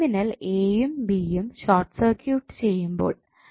terminal എയും ബിയും short circuit ചെയ്യുമ്പോൾ